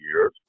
years